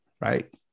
right